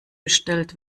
gestellt